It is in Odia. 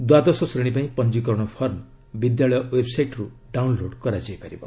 ଦ୍ୱାଦଶ ଶ୍ରେଣୀ ପାଇଁ ପଞ୍ଜିକରଣ ଫର୍ମ ବିଦ୍ୟାଳୟ ଓ୍ଟେବ୍ସାଇଟ୍ରୁ ଡାଉନ୍ଲୋଡ୍ କରାଯାଇ ପାରିବ